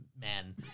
man